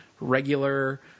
regular